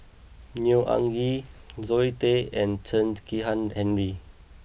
Neo Anngee Zoe Tay and Chen Kezhan Henri